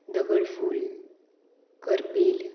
दगडफूल करपील